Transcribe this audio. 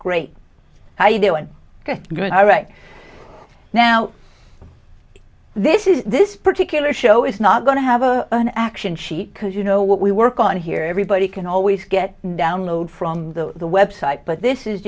great how you doing good all right now this is this particular show is not going to have a an action sheet because you know what we work on here everybody can always get download from the website but this is